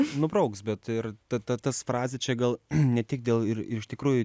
nubrauks bet ir ta ta tas frazė čia gal ne tik dėl ir ir iš tikrųjų